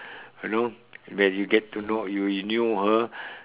you know when you get to know when you knew her